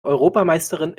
europameisterin